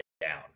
down